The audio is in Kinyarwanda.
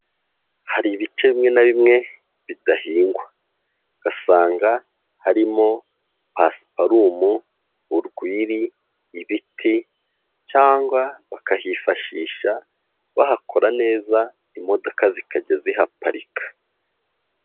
Hari ibice bimwe na bimwe bidahingwa ugasanga harimo pasiparumu, urwiri, ibiti cyangwa bakahifashisha bahakora neza imodoka zikajya zihaparika.